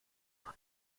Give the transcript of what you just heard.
von